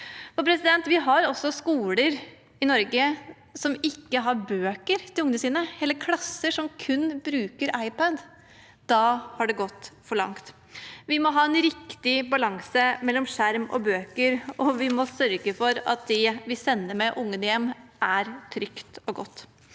Vi har også skoler i Norge som ikke har bøker til ungene sine, hele klasser som kun bruker iPad. Da har det gått for langt. Vi må ha en riktig balanse mellom skjerm og bøker, og vi må sørge for at det man sender med ungene hjem, er trygt og godt.